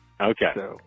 Okay